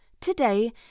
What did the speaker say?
today